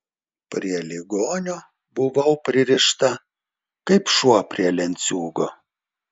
prie ligonio buvau pririšta kaip šuo prie lenciūgo